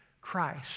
Christ